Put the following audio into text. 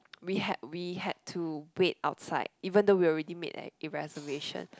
we had we had to wait outside even though we already made like a reservation